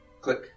click